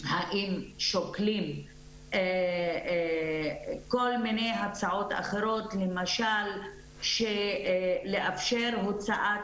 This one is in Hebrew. האם שוקלים כל מיני הצעות אחרות, למשל לאפשר הוצאת